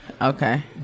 okay